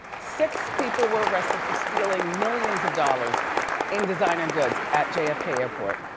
six people were arrested for stealing millions of dollars in designer goods at jfk airport.